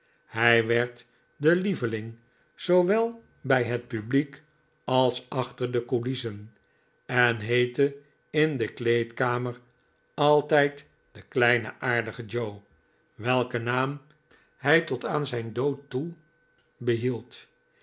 hij werd de lieveling zoowel bij het publiek als achter de coulissen en heette in de kleedkamer altijd de kleine aardige joe welken naam hij tot aan zijn dood toe behield